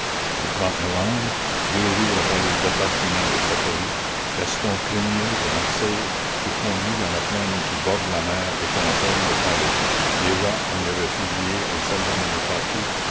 e novembre deux jours après les assassinats de satory gaston crémieux de marseille fut conduit dans la plaine qui la commune borde la mer et qu'on appelle le pharo déjà on y avait fusillé un soldat nommé